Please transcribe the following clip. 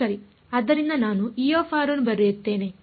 ಆದ್ದರಿಂದ ನಾನು ಅನ್ನು ಬರೆಯುತ್ತೇನೆ